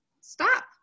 Stop